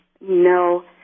no